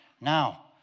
Now